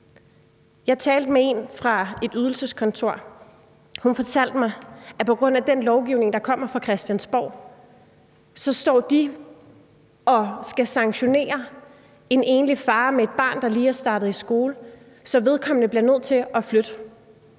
Jeg talte med en fra et ydelseskontor. Hun fortalte mig, at på grund af den lovgivning, som kommer fra Christiansborg, står de og skal sanktionere en enlig far med et barn, der lige er startet i skole, så de bliver nødt til at flytte.